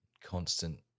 constant